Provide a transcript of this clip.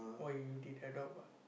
why you did adopt ah